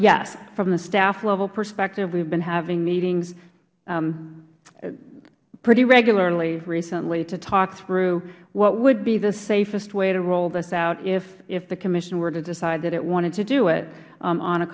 yes from the staff level perspective we've been having meetings pretty regularly recently to talk through what would be the safest way to roll this out if the commission were to decide that it wanted to do it on a